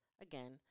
again